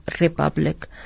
republic